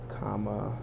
Comma